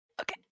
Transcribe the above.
Okay